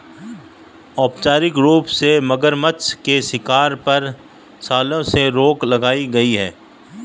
औपचारिक रूप से, मगरनछ के शिकार पर, सालों से रोक लगाई गई है